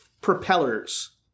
propellers